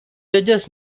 judges